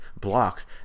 blocks